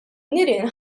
nirien